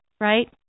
right